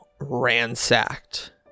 ransacked